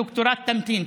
הדוקטורט ימתין.